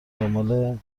دنبال